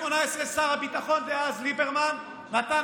ב-2018 שר הביטחון דאז ליברמן נתן